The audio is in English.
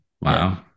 Wow